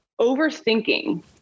overthinking